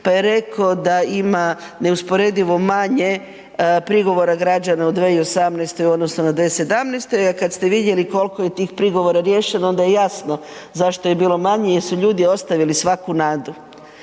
pa je reko da ima neusporedivo manje prigovora građana u 2018. u odnosu na 2017. jer kad ste vidjeli kolko je tih prigovora riješeno onda je jasno zašto je bilo manje jer su ljudi ostavili svaku nadu.